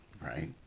right